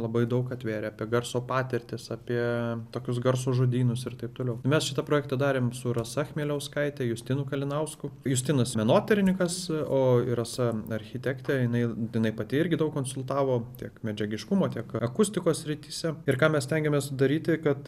labai daug atvėrė apie garso patirtis apie tokius garso žodynus ir taip toliau mes šitą projektą darėm su rasa chmieliauskaite justinu kalinausku justinas menotyrinikas o ir rasa architektė jinai jinai pati irgi daug konsultavo tiek medžiagiškumo tiek akustikos srityse ir ką mes stengiamės daryti kad